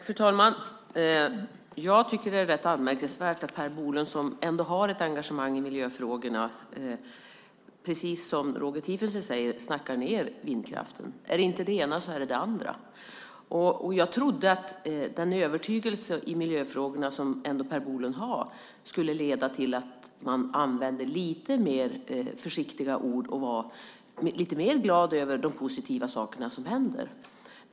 Fru talman! Jag tycker att det är rätt anmärkningsvärt att Per Bolund, som har ett engagemang i miljöfrågorna, snackar ned vindkraften, precis som Roger Tiefensee säger. Är det inte det ena, så är det det andra. Jag trodde att den övertygelse i miljöfrågorna som Per Bolund har skulle leda till att han använde lite försiktigare ord och var lite gladare över de positiva saker som händer.